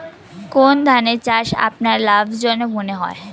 কোন ধানের চাষ আপনার লাভজনক মনে হয়?